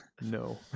no